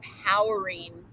empowering